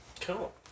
Cool